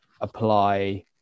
apply